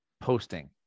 posting